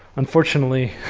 unfortunately,